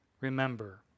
remember